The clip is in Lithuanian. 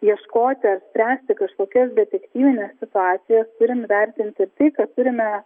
ieškoti ar spręsti kažkokias detektyvines situacijas turim įvertinti tai kad turime